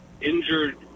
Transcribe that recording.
injured